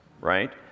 Right